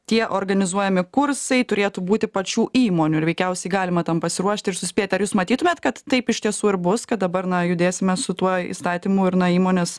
tie organizuojami kursai turėtų būti pačių įmonių ir veikiausiai galima tam pasiruošti ir suspėti ar jūs matytumėe kad taip iš tiesų ir bus kad dabar na judėsime su tuo įstatymu ir na įmonės